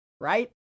right